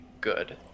good